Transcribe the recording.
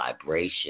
vibration